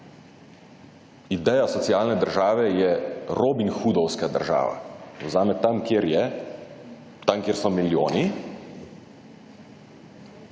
Ideja socialne države je robinhudovska država, vzame tam kjer je, tam kje so milijoni,